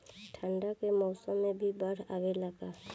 ठंडा के मौसम में भी बाढ़ आवेला का?